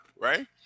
right